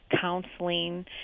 counseling